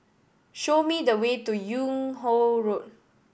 show me the way to Yung Ho Road